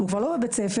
שהוא כבר לא בבית ספר,